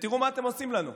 ותראו מה אתם עושים לנו,